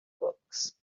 books